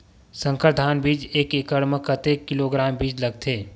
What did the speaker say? संकर धान बीज एक एकड़ म कतेक किलोग्राम बीज लगथे?